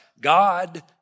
God